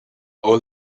all